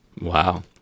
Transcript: Wow